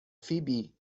فیبی